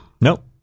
Nope